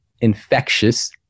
infectious